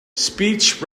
speech